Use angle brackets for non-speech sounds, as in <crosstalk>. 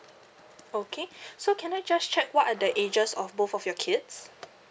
okay <breath> so can I just check what are the ages of both of your kids